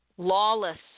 lawless